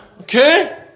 Okay